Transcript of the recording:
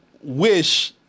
wish